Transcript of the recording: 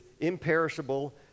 imperishable